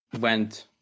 went